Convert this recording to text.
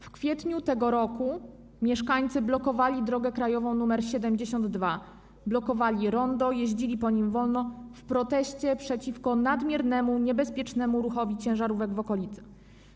W kwietniu tego roku mieszkańcy blokowali drogę krajową nr 72, blokowali rondo, jeździli po nim wolno w proteście przeciwko nadmiernemu, niebezpiecznemu ruchowi ciężarówek w okolicy.